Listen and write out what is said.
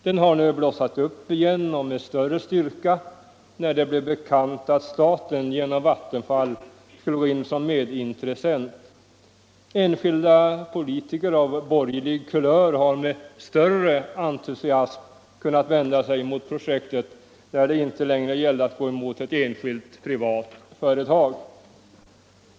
Den har nu blossat upp igen och med större styrka, när det blev bekant att staten genom Vattenfall skulle gå in som medintressent. Enskilda politiker av borgerlig kulör har med större entusiasm kunnat vända sig mot projektet, när det inte längre gällde att gå emot ett enskilt privat företag.